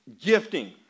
gifting